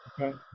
Okay